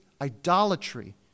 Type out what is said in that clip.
idolatry